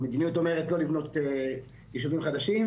המדיניות אומרת לא לבנות ישובים חדשים